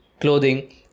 clothing